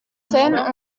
scènes